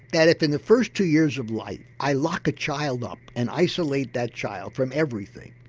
that if in the first two years of life i lock a child up and isolate that child from everything,